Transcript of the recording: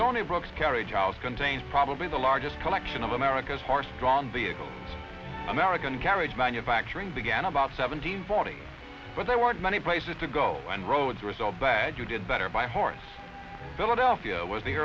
stonybrook scary child contains probably the largest collection of america's horse drawn vehicles american carriage manufacturing began about seventeen forty but there weren't many places to go when roads result that you did better by horse philadelphia was the